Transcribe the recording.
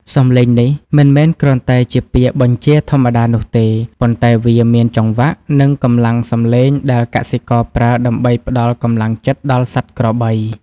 សម្លេងនេះមិនមែនគ្រាន់តែជាពាក្យបញ្ជាធម្មតានោះទេ ប៉ុន្តែវាមានចង្វាក់ និងកម្លាំងសម្លេងដែលកសិករប្រើដើម្បីផ្តល់កម្លាំងចិត្តដល់សត្វក្របី